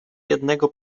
jednego